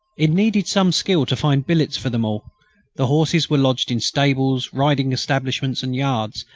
it needed some skill to find billets for them all the horses were lodged in stables, riding establishments and yards,